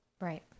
Right